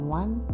one